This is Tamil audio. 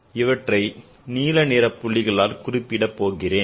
இவற்றை நீல நிற புள்ளிகளால் குறிக்கிறேன்